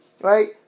Right